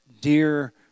Dear